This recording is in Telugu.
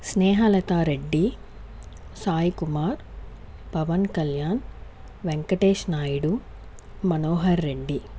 స్నేహలత రెడ్డి సాయికుమార్ పవన్ కళ్యాణ్ వెంకటేష్ నాయుడు మనోహర్ రెడ్డి